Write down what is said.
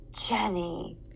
Jenny